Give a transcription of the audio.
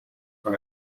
are